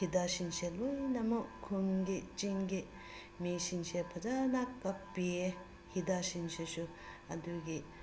ꯍꯤꯗꯥꯛꯁꯤꯡꯁꯦ ꯂꯣꯏꯅꯃꯛ ꯈꯨꯟꯒꯤ ꯆꯤꯡꯒꯤ ꯃꯤꯁꯤꯡꯁꯦ ꯐꯖꯅ ꯀꯥꯞꯄꯤ ꯍꯤꯗꯥꯛꯁꯤꯡꯁꯤꯁꯨ ꯑꯗꯨꯒꯤ